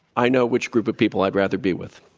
i know which group of people i'd rather be with.